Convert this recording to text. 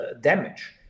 damage